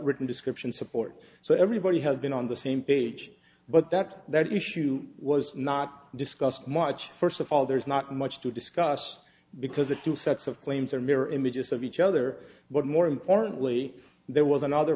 written description support so everybody has been on the same page but that's that issue was not discussed much first of all there's not much to discuss because the two sets of claims are mirror images of each other but more importantly there was another